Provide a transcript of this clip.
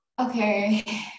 Okay